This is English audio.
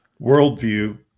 worldview